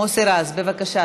מוסי רז, בבקשה,